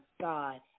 God